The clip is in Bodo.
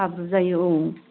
हाब्रु जायो औ